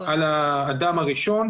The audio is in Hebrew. על האדם הראשון.